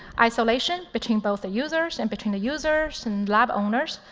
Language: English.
isolation between both the users, and between the users and lab owners,